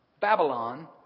Babylon